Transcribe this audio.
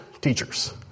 teachers